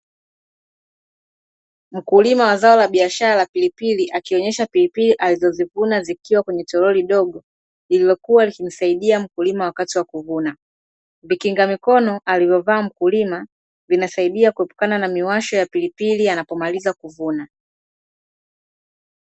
Mkulima wa zao la biashara la pilipili akionyesha pilipili alizozivuna zikiwa kwenge toroli dogo, lililokuwa likimsaidia mkulima wakati wa kuvuna. Vikinga mikono alivyovaa mkulima, vinasaidia kuepukana na miwasho ya pilipili anapomaliza kuvuna.